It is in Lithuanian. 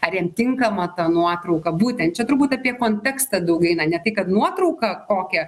ar jam tinkama ta nuotrauka būtent čia turbūt apie kontekstą daug eina ne tai kad nuotrauką kokią